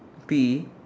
be